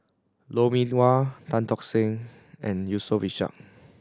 Lou Mee Wah Tan Tock San and Yusof Ishak